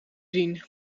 zien